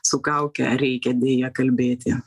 su kauke reikia deja kalbėti